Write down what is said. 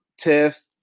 Tiff